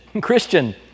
Christian